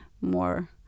more